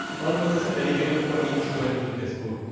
one processer dedicated for each where of the chess board.